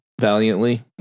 valiantly